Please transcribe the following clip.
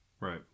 Right